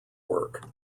work